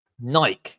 Nike